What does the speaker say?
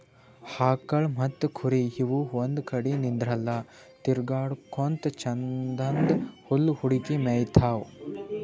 ಆಕಳ್ ಮತ್ತ್ ಕುರಿ ಇವ್ ಒಂದ್ ಕಡಿ ನಿಂದ್ರಲ್ಲಾ ತಿರ್ಗಾಡಕೋತ್ ಛಂದನ್ದ್ ಹುಲ್ಲ್ ಹುಡುಕಿ ಮೇಯ್ತಾವ್